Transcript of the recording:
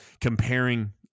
comparing